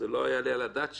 זה לא יעלה על הדעת שהיה,